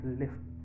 left